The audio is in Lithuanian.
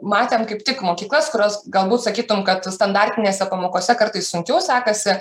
matėm kaip tik mokyklas kurios galbūt sakytum kad standartinėse pamokose kartais sunkiau sekasi